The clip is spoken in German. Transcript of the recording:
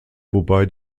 wobei